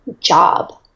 job